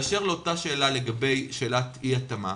באשר לשאלת אי ההתאמה,